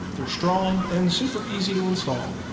they're strong and super easy to install.